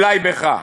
אולי בך.